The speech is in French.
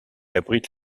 abrite